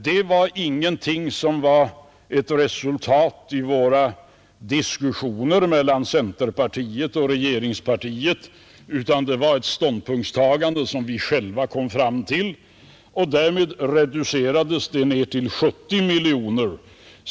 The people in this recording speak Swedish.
Det var ingenting som var ett resultat av diskussionerna mellan centerpartiet och regeringspartiet utan det var ett ståndpunktstagande som vi själva kom fram till. Därmed reducerades beloppet ned till 70 miljoner.